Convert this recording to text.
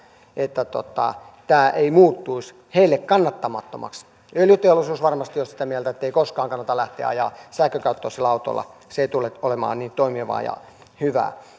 että tämä muuttuisi heille kannattamattomaksi öljyteollisuus varmasti on sitä mieltä ettei koskaan kannata lähteä ajamaan sähkökäyttöisellä autolla se ei tule olemaan niin toimivaa ja hyvää